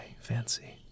fancy